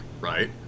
right